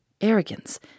Arrogance